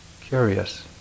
curious